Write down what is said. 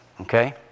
Okay